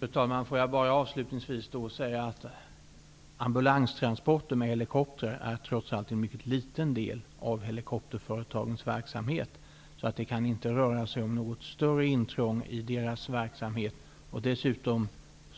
Fru talman! Får jag avslutningsvis säga att ambulanstransporter med helikopter trots allt utgör en mycket liten del av helikopterföretagens verksamhet. Det kan inte röra sig om något större intrång i deras verksamhet. Jag vill dessutom